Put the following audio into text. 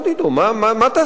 מה תעשה אתו?